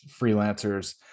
freelancers